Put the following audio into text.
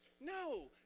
No